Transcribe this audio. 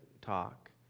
talk